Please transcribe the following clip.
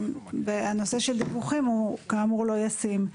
הנושא של דיווחים הוא כאמור לא ישים.